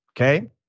okay